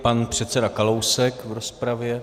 Pan předseda Kalousek v rozpravě.